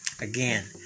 Again